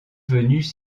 venus